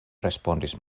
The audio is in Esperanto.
respondis